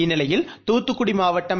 இந்நிலையில் தூத்துக்குடிமாவட்டம்